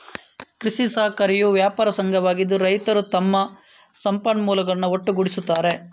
ಕೃಷಿ ಸಹಕಾರಿಯು ವ್ಯಾಪಾರ ಸಂಘವಾಗಿದ್ದು, ರೈತರು ತಮ್ಮ ಸಂಪನ್ಮೂಲಗಳನ್ನು ಒಟ್ಟುಗೂಡಿಸುತ್ತಾರೆ